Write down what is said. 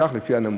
לפי הסכום הנמוך.